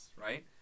right